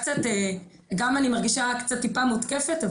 גם אני מרגישה קצת טיפה מותקפת,